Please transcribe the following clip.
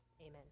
Amen